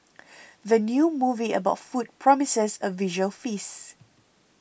the new movie about food promises a visual feast